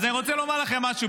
אז אני רוצה לומר לכם משהו,